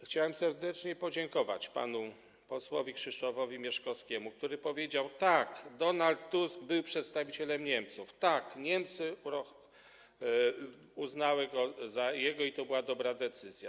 Chciałem serdecznie podziękować panu posłowi Krzysztofowi Mieszkowskiemu, który powiedział: Tak, Donald Tusk był przedstawicielem Niemców, tak, Niemcy uznały go i to była dobra decyzja.